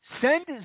Send